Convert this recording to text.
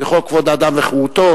בחוק כבוד האדם וחירותו,